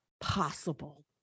possible